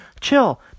Chill